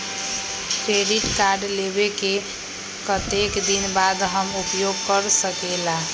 Credit card लेबे के कतेक दिन बाद हम उपयोग कर सकेला?